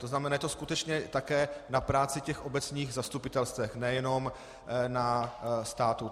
To znamená, je to skutečně také na práci obecních zastupitelstev, nejenom na státu.